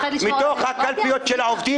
מתוך הקלפיות.